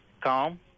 calm